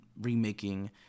remaking